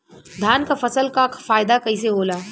धान क फसल क फायदा कईसे होला?